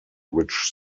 which